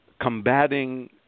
combating